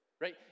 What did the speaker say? right